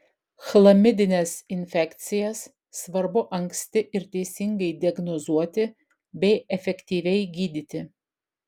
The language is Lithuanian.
chlamidines infekcijas svarbu anksti ir teisingai diagnozuoti bei efektyviai gydyti